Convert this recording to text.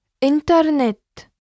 Internet